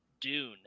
Dune